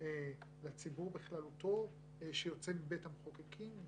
לציבור בכללותו שיוצא מבית המחוקקים .